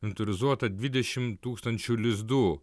inventorizuota dvidešimt tūkstančių lizdų